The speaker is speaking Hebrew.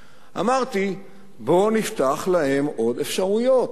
אמרתי: בואו נפתח להם עוד אפשרויות,